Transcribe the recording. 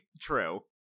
True